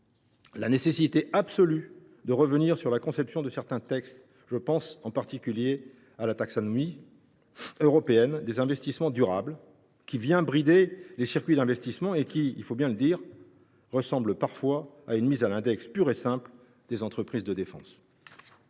la nécessité absolue de revenir sur la conception de certains textes. Je pense en particulier à la taxonomie européenne des investissements durables, qui vient brider les circuits d’investissements et qui, il faut bien le dire, ressemble parfois à une mise à l’index pure et simple des entreprises de défense.